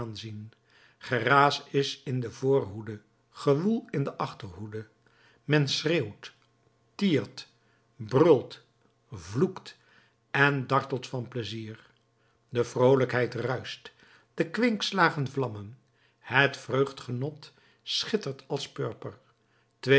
geraas is in de voorhoede gewoel in de achterhoede men schreeuwt tiert brult vloekt en dartelt van pleizier de vroolijkheid ruischt de kwinkslagen vlammen het vreugdgenot schittert als purper